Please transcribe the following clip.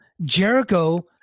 Jericho